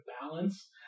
balance